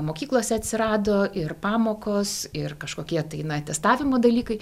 mokyklose atsirado ir pamokos ir kažkokie tai na testavimo dalykai